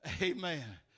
Amen